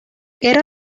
era